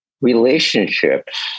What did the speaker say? relationships